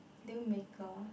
dealmaker